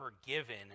forgiven